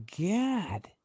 God